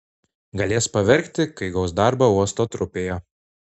galės paverkti kai gaus darbą uosto trupėje